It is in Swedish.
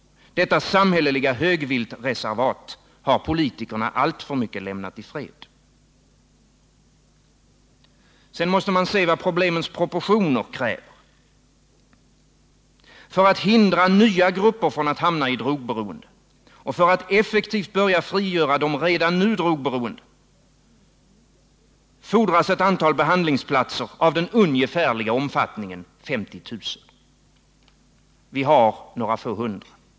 Detta samhälleliga högviltreservat har politikerna alltför mycket lämnat i fred. Sedan måste vi se vad problemens proportioner kräver. För att hindra nya grupper från att hamna i drogberoende och för att effektivt börja frigöra de redan nu drogberoende fordras ett antal behandlingsplatser — ungefärligen omfattande 50 000. Vi har några få hundra.